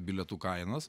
bilietų kainos